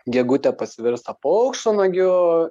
gegutė pasivirsta paukštvanagiu